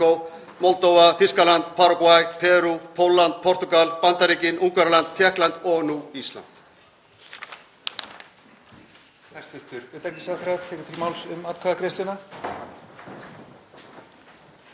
Moldóvu, Þýskaland, Paragvæ, Perú, Pólland, Portúgal, Bandaríkin, Ungverjaland, Tékkland og nú Ísland.